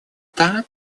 так